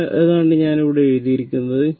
അതിനാൽ അതാണ് ഞാൻ ഇവിടെ എഴുതിയത്